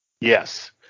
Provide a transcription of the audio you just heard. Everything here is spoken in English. Yes